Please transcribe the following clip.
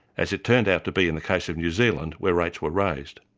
as it turned out to be in the case of new zealand where rates were raised.